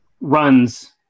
runs